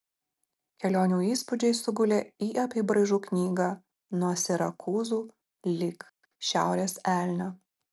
kelionių įspūdžiai sugulė į apybraižų knygą nuo sirakūzų lig šiaurės elnio